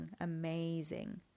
amazing